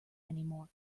anymore